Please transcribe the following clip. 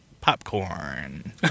popcorn